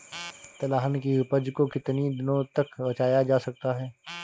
तिलहन की उपज को कितनी दिनों तक बचाया जा सकता है?